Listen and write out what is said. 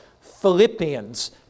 Philippians